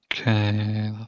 Okay